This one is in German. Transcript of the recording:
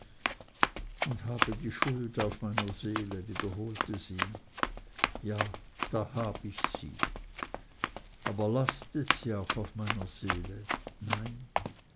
und ich habe die schuld auf meiner seele wiederholte sie ja da hab ich sie aber lastet sie auch auf meiner seele nein